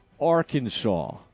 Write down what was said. Arkansas